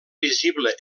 visible